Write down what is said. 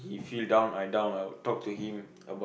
he feel down I down I will talk to him